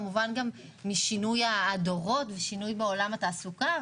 כמובן משינוי הדורות ושינוי בעולם התעסוקה.